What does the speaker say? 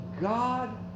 God